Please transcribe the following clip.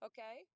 Okay